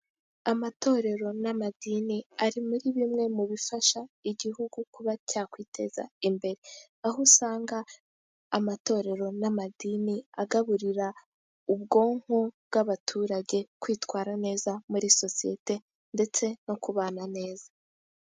Amatorero n'amadini ari muri bimwe mu bifasha igihugu kuba cyakwiteza imbere. Aho usanga amatorero n'amadini, agaburira ubwonko bw'abaturage kwitwara neza muri sosiyete ndetse no kubana neza.